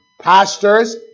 pastors